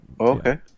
Okay